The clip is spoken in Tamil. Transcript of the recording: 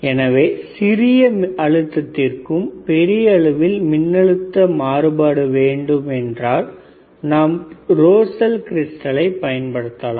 எனவே சிறிய அழுத்தத்திற்கும் பெரிய அளவில் மின்னழுத்த மாற்றம் உருவாக்கப்பட வேண்டுமென்றால் நாம் ரோசெல் கிரிஸ்டலை பயன்படுத்தலாம்